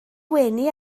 wenu